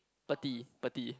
pathy pathy